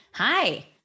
Hi